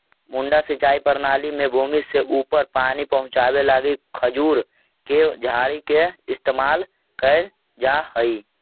मड्डा सिंचाई प्रणाली में भूमि से ऊपर पानी पहुँचावे लगी खजूर के झाड़ी के इस्तेमाल कैल जा हइ